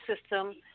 system